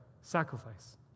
sacrifice